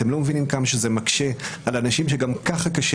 אתם לא מבינים כמה זה מקשה על אנשים שגם ככה קשה